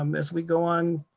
um as we go on,